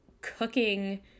cooking